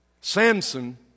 Samson